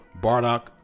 Bardock